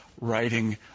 writing